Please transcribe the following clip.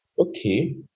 Okay